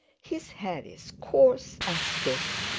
his hair is coarse and stiff,